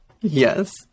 Yes